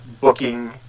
booking